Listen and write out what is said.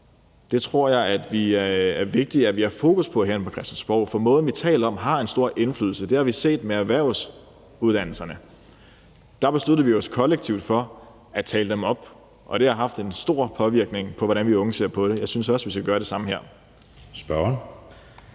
Det tror jeg det er vigtigt at vi har fokus påherinde på Christiansborg. For måden, vi taler om det på, har en stor indflydelse. Det har vi set med erhvervsuddannelserne. Der besluttede vi jo os kollektivt for at tale dem op, og det har haft en stor påvirkning på, hvordan vi ungeser på det. Jeg synes også, at vi skal gøre det samme her. Kl.